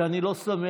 שאני לא שמח,